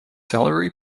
salary